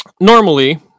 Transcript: Normally